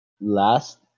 last